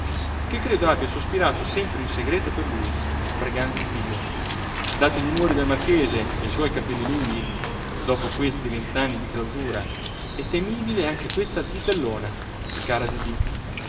che credo abbia sospirato sempre in segreto per lui pregando iddio dati gli umori del marchese e i suoi capelli lunghi dopo questi venti anni di clausura è temibile anche questa zitellona cara didì